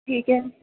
ਠੀਕ ਹੈ